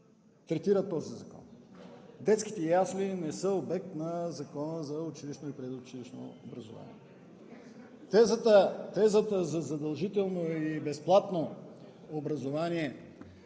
третира. Детските ясли не са обект на Закона за училищно и предучилищно образование. Тезата за задължително и безплатно образование